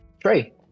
Trey